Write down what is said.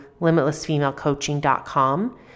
limitlessfemalecoaching.com